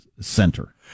center